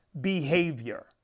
behavior